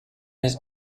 his